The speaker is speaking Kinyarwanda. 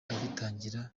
agitangira